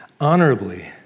honorably